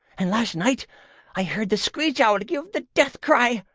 an' last night i heard the screech-owl give the death-cry,